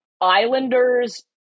Islanders